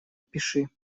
пиши